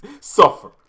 Suffer